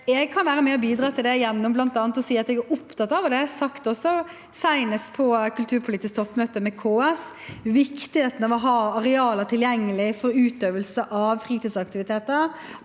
jeg kan være med og bidra til det gjennom bl.a. å si at jeg er opptatt av – og det har jeg sagt også, senest på kulturpolitisk toppmøte med KS – viktigheten av å ha arealer tilgjengelig for utøvelse av fritidsaktiviteter,